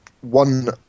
one